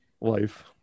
life